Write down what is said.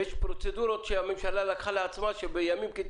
יש פרוצדורות שהממשלה לקחה על עצמה שהכנסת